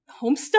Homestuck